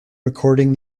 recording